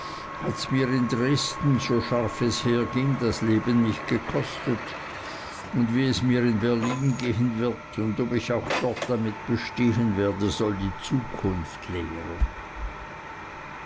hat's mir in dresden so scharf es herging das leben nicht gekostet und wie es mir in berlin gehen wird und ob ich auch dort damit bestehen werde soll die zukunft lehren